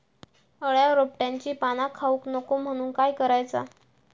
अळ्या रोपट्यांची पाना खाऊक नको म्हणून काय करायचा?